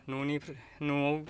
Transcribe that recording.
न'निफ्राय न'आव